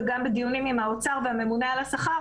גם בדיונים עם האוצר והממונה על השכר,